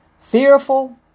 fearful